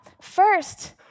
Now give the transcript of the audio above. first